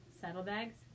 saddlebags